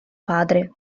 padre